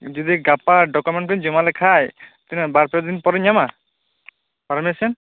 ᱡᱩᱫᱤ ᱜᱟᱯᱟ ᱰᱚᱠᱩᱢᱮᱱᱴᱥ ᱠᱚᱧ ᱡᱚᱢᱟ ᱞᱮᱠᱷᱚᱡ ᱛᱤᱱᱟ ᱜ ᱵᱟᱨ ᱯᱮ ᱫᱤᱱ ᱯᱚᱨᱮᱧ ᱧᱟᱢᱟ ᱯᱟᱨᱢᱤᱥᱚᱱ